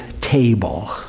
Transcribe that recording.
table